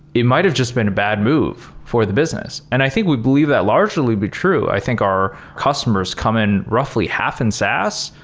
it might've just been a bad move for the business. and i think we believe that largely it'd be true. i think our customers come in roughly half in saas,